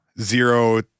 zero